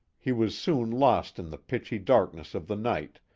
he was soon lost in the pitchy darkness of the night,